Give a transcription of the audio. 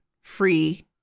free